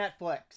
Netflix